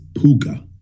Puka